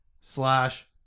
slash